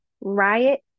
Riot